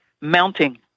mounting